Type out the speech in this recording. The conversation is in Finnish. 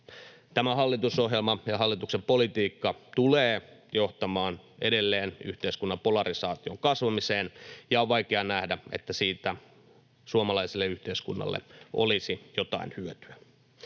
Tämä hallitusohjelma ja hallituksen politiikka tulee johtamaan edelleen yhteiskunnan polarisaation kasvamiseen, ja on vaikea nähdä, että siitä suomalaiselle yhteiskunnalle olisi jotain hyötyä.